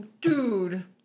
Dude